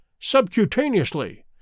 subcutaneously